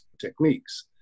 techniques